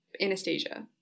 Anastasia